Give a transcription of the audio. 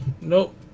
Nope